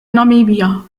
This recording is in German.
namibia